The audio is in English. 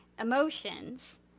emotions